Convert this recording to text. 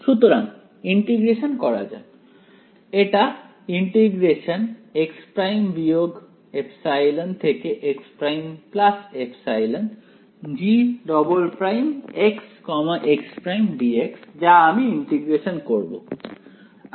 সুতরাং ইন্টিগ্রেশন করা যাক এটা যা আমি ইন্টিগ্রেশন করব